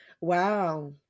Wow